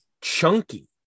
chunky